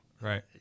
Right